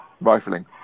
Rifling